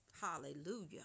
Hallelujah